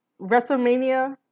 WrestleMania